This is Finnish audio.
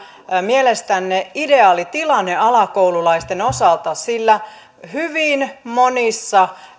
mielestänne ideaali tilanne alakoululaisten osalta sillä hyvin monissa